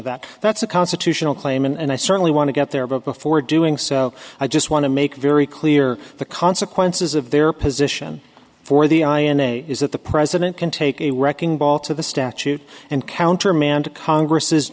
that that's a constitutional claim and i certainly want to get there but before doing so i just want to make very clear the consequences of their position for the i and a is that the president can take a wrecking ball to the statute and countermand to congress is